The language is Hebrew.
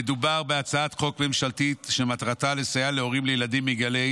מדובר בהצעת חוק ממשלתית שמטרתה לסייע להורים לילדים בגילי